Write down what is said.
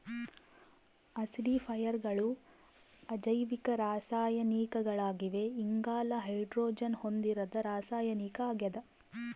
ಆಸಿಡಿಫೈಯರ್ಗಳು ಅಜೈವಿಕ ರಾಸಾಯನಿಕಗಳಾಗಿವೆ ಇಂಗಾಲ ಹೈಡ್ರೋಜನ್ ಹೊಂದಿರದ ರಾಸಾಯನಿಕ ಆಗ್ಯದ